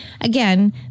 again